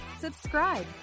subscribe